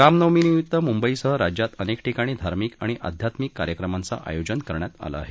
रामनवमीनिमित्त मुंबईसह राज्यात अनेक ठिकणी धार्मिक आणि अध्यात्मिक कार्यक्रमाचं आयोजन करण्यात आल आहे